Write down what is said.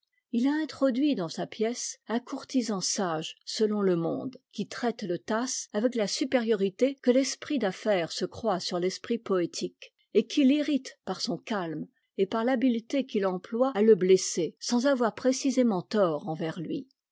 il a introduit dans sa pièce un courtisan sage selon le monde qui traite le tasse avec la supériorité que l'esprit d'affaires se croit sur l'esprit poétique et qui l'irrite par son calme et par l'habileté qu'il emploie à le blesser sans avoir précisément tort envers lui